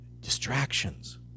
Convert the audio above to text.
Distractions